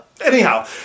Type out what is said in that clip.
Anyhow